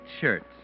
shirts